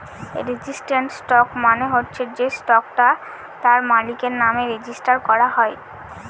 registered stock মানে হচ্ছে সে স্টকটা তার মালিকের নামে রেজিস্টার করা হয়